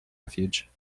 refuge